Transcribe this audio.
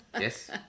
Yes